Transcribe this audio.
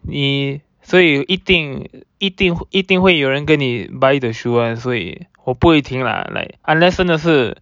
你所以一定一定一定会有人跟你 buy the shoe [one] 所以我不会听啦 like unless 真的是